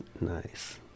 nice